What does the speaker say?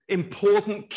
important